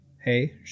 Hey